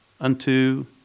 unto